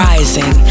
Rising